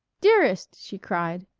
dearest! she cried.